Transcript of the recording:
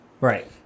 Right